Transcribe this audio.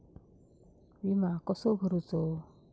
विमा कसो भरूचो?